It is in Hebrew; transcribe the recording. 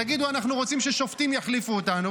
תגידו: אנחנו רוצים ששופטים יחליפו אותנו,